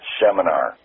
seminar